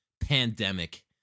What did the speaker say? pandemic